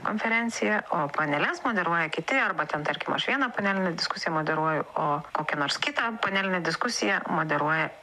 konferenciją o paneles moderuoja kiti arba ten tarkim aš vieną panelinę diskusiją moderuoju o kokią nors kitą panelinę diskusiją moderuoja